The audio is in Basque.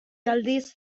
aldiz